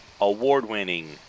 award-winning